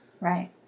Right